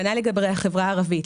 כנ"ל לגבי החברה הערבית.